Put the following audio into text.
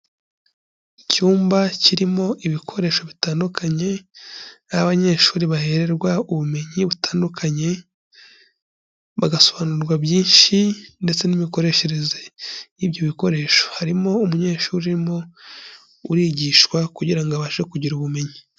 Icyumba kirimo ibikoresho bitandukanye, aho abanyeshuri bahererwa ubumenyi butandukanye bagasobanurirwa byinshi ndetse n'imikoreshereze y'ibyo bikoresho, harimo umunyeshuri urimo urigishwa kugira ngo abashe kugira ubumenyi.